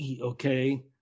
okay